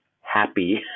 happy